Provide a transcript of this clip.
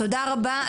תודה רבה.